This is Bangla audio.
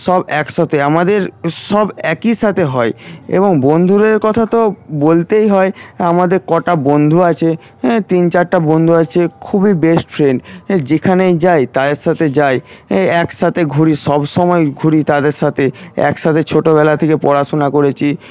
সব একসাথে আমাদের সব একই সাথে হয় এবং বন্ধুদের কথা তো বলতেই হয় আমাদের কটা বন্ধু আছে তিন চারটে বন্ধু আছে খুবই বেস্ট ফ্রেন্ড যেখানেই যাই তাদের সাথে যাই একসাথে ঘুরি সবসময় ঘুরি তাদের সাথে একসাথে ছোটবেলা থেকে পড়াশোনা করেছি